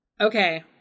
Okay